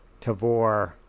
Tavor